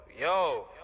yo